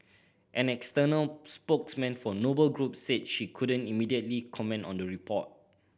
an external spokesman for Noble Group said she couldn't immediately comment on the report